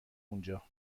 اونجا